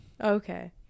Okay